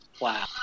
wow